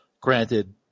Granted